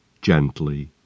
gently